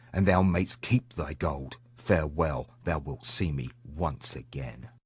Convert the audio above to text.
and thou mayst keep thy gold. farewell! thou wilt see me once again.